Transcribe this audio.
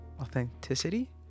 Authenticity